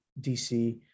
dc